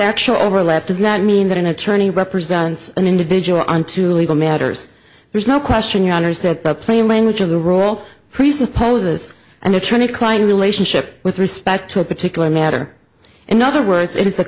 factual overlap does not mean that an attorney represents an individual on two legal matters there's no question your honor said the plain language of the rule presupposes an attorney client relationship with respect to a particular matter in other words it is the